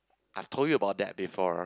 I told you about that before